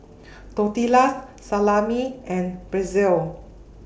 Tortillas Salami and Pretzel